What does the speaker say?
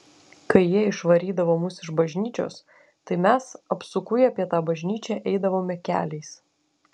kai jie išvarydavo mus iš bažnyčios tai mes apsukui apie tą bažnyčią eidavome keliais